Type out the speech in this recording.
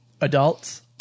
Adults